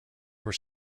were